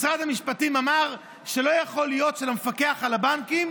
משרד המשפטים אמר שלא יכול להיות שלמפקח על הבנקים